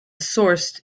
sourced